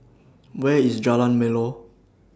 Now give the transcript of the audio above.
Where IS Jalan Melor